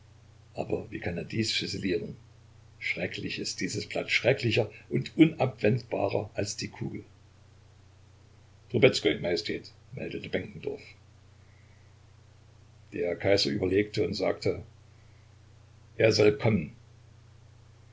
aber wie kann er dies füsilieren schrecklich ist dieses blatt schrecklicher und unabwendbarer als die kugel trubezkoi majestät meldete benkendorf der kaiser überlegte und sagte er soll